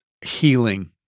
healing